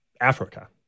Africa